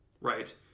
right